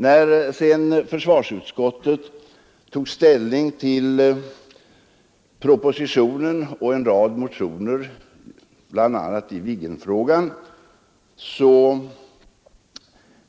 När sedan försvarsutskottet tog ställning till propositionen och en rad motioner, bl.a. i Viggenfrågan,